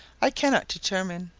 i cannot determine.